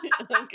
Okay